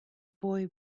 boy